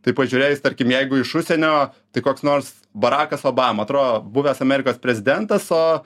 tai pažiūrėjus tarkim jeigu iš užsienio tai koks nors barakas obama atrodo buvęs amerikos prezidentas o